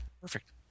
Perfect